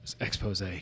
Expose